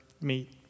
meet